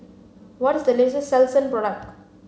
what is the latest Selsun product